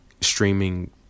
streaming